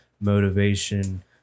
motivation